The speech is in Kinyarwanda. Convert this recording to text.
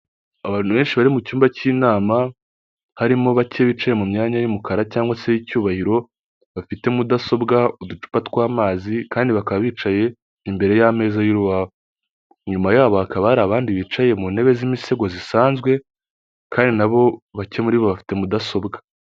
Abantu benshi bari mu cyumba cy'inama, harimo bake bicaye mu myanya y'umukara cyangwa se y' icyubahiro. Bafite mudasobwa, uducupa tw'amazi kandi bakaba bicaye imbere y'ameza y'uruba. Inyuma yabo hakaba hari abandi bicaye mu ntebe z'imisego zisanzwe kandi nabo bake muribo bafite mudasobwa.